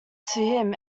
him